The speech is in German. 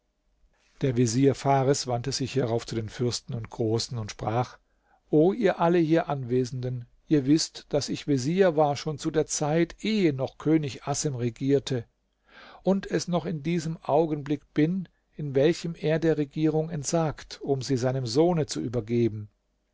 der vezier fares wandte sich hierauf zu den fürsten und großen und sprach o ihr alle hier anwesenden ihr wißt daß ich vezier war schon zu der zeit ehe noch der könig assem regierte und es noch in diesem augenblick bin in welchem er der regierung entsagt um sie seinem sohne zu übergeben